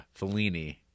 Fellini